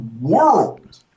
world